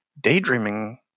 daydreaming